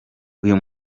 uyu